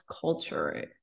culture